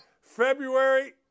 February